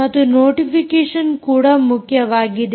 ಮತ್ತು ನೋಟಿಫಿಕೇಷನ್ ಕೂಡ ಮುಖ್ಯವಾಗಿದೆ